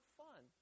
fun